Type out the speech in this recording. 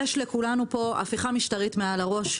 יש לכולנו פה הפיכה משטרית מעל הראש,